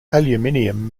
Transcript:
aluminium